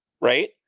right